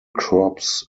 crops